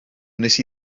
wnes